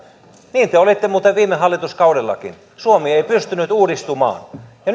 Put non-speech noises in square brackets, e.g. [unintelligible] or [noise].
niin te olitte muuten viime hallituskaudellakin suomi ei pystynyt uudistumaan ja [unintelligible]